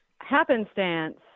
happenstance